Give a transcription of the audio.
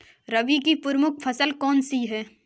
रबी की प्रमुख फसल कौन सी है?